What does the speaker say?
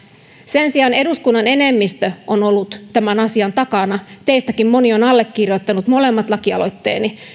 sen sijaan eduskunnan enemmistö on ollut tämän asian takana teistäkin moni on allekirjoittanut molemmat lakialoitteeni